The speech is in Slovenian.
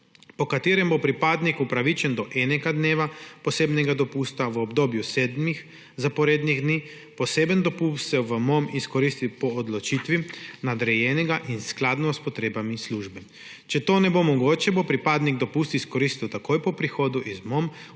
po katerem bo pripadnik upravičen do enega dneva posebnega dopusta v obdobju sedmih zaporedni dni, poseben dopust se v MOM izkoristi po odločitvi nadrejenega in skladno s potrebami službe. Če to ne mogoče, bo pripadnik dopust izkoristil takoj po prihodu z MOM